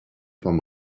vom